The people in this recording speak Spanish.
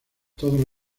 todos